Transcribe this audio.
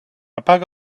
apaga